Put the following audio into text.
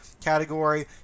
category